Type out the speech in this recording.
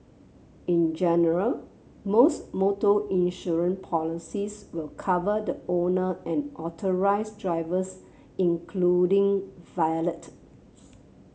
in general most motor insurance policies will cover the owner and authorised drivers including valet